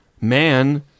Man